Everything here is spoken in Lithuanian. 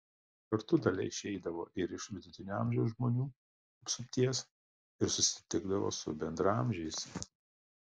kartu dalia išeidavo ir iš vidutinio amžiaus žmonių apsupties ir susitikdavo su bendraamžiais